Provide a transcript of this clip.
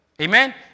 Amen